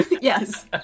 Yes